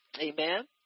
Amen